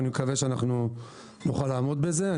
אני מקווה שנוכל לעמוד בזה.